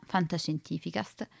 Fantascientificast